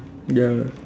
ya